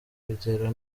kugera